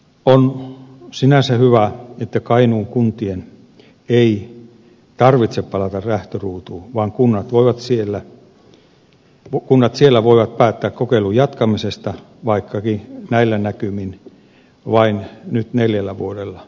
on sinänsä hyvä että kainuun kuntien ei tarvitse palata lähtöruutuun vaan kunnat siellä voivat päättää kokeilun jatkamisesta vaikkakin näillä näkymin vain nyt neljällä vuodella